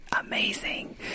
Amazing